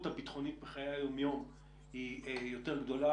הביטחונית בחיי היום-יום היא גדולה